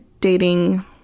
dating